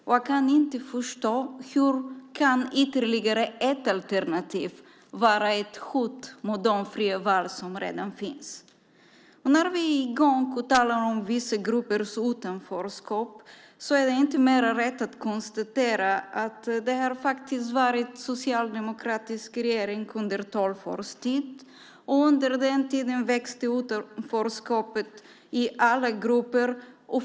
Jag kan inte förstå hur ytterligare ett alternativ kan vara ett hot mot de fria val som redan finns. När vi talar om vissa gruppers utanförskap är det inte mer än rätt att konstatera att det faktiskt var socialdemokratisk regering under tolv års tid, och under den tiden växte utanförskapet i alla grupper.